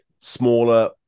smaller